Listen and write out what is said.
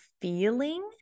feeling